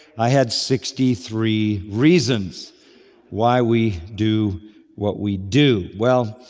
i had sixty three reasons why we do what we do. well,